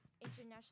International